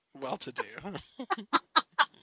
well-to-do